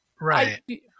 Right